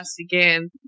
again